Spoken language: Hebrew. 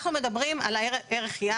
אנחנו מדברים על ערך יעד.